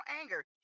anger